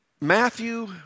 Matthew